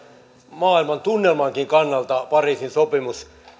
maailman tunnelmankin kannalta pariisin sopimus